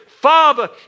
Father